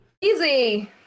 easy